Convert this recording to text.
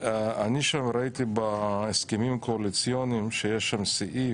שראיתי בהסכמים הקואליציוניים שיש סעיף